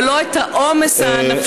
אבל לא את העומס הנפשי,